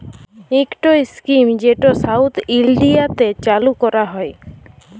ইকট ইস্কিম যেট সাউথ ইলডিয়াতে চালু ক্যরা হ্যয়